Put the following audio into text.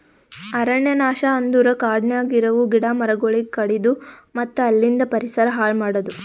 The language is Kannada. ಅರಣ್ಯ ನಾಶ ಅಂದುರ್ ಕಾಡನ್ಯಾಗ ಇರವು ಗಿಡ ಮರಗೊಳಿಗ್ ಕಡಿದು ಮತ್ತ ಅಲಿಂದ್ ಪರಿಸರ ಹಾಳ್ ಮಾಡದು